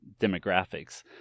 demographics